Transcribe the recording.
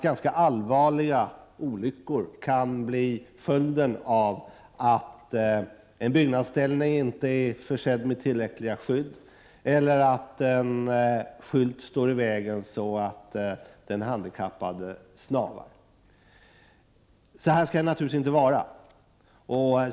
Ganska allvarliga olyckor kan bli följden av att en byggnadsställning inte är försedd med tillräckliga skydd eller att en skylt står i vägen så att den handikappade snavar. Så skall det naturligtvis inte vara.